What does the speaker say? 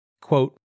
Quote